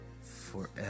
forever